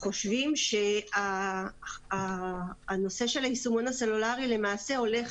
גם חושבים שהנושא של היישומון הסלולארי למעשה הולך